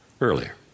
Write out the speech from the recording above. earlier